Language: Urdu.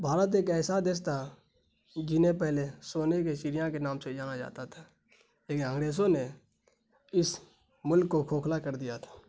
بھارت ایک ایسا دیس تھا جنہیں پہلے سونے کے چڑیا کے نام سے جانا جاتا تھا لیکن انگریزوں نے اس ملک کو کھوکھلا کر دیا تھا